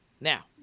Now